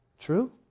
True